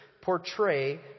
portray